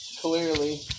Clearly